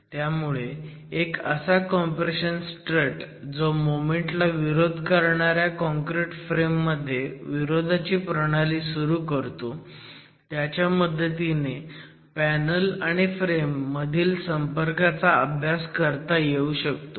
त्यामुळे एक असा कॉम्प्रेशन स्ट्रट जो मोमेंट ला विरोध करणाऱ्या काँक्रिट फ्रेम मध्ये विरोधाची प्रणाली सुरू करतो त्याच्या मदतीने पॅनल आणि फ्रेम मधील संपर्काचा अभ्यास करता येऊ शकतो